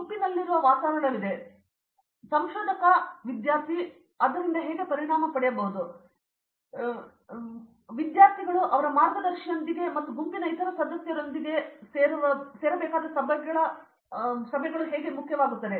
ಗುಂಪಿನಲ್ಲಿನ ವಾತಾವರಣವಿದೆ ಮತ್ತು ಸಂಶೋಧಕ ವಿದ್ಯಾರ್ಥಿ ಮತ್ತು ಅದರಿಂದಾಗಿ ಅದು ಹೇಗೆ ಪರಿಣಾಮ ಬೀರುತ್ತದೆ ಎಂದು ತಿಳಿದಿರುವ ಜನರು ನಿಮ್ಮ ಬಗ್ಗೆ ಮಾತನಾಡುತ್ತಾರೆಂದು ನಾನು ಭಾವಿಸುತ್ತೇನೆ ಆದ್ದರಿಂದ ಅವನು ಅಥವಾ ಅವಳ ಮಾರ್ಗದರ್ಶಿಯೊಂದಿಗೆ ವಿದ್ಯಾರ್ಥಿಗಳು ತಮ್ಮ ಇತರ ಗುಂಪಿನ ಸದಸ್ಯರು ಇರುವ ಸಭೆಗಳು ಬಹಳ ಮುಖ್ಯ ಅಂಶವಾಗಿದೆ